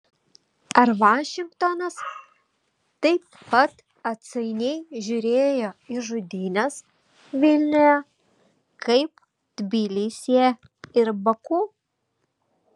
ar vašingtonas taip pat atsainiai žiūrėjo į žudynes vilniuje kaip tbilisyje ir baku